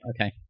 Okay